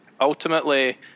ultimately